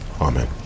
amen